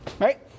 Right